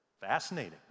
Fascinating